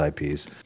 IPs